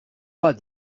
pas